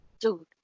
Dude